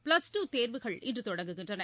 plus two தேர்வுகள் இன்று தொடங்குகின்றன